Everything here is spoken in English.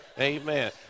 Amen